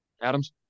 Adams